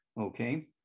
okay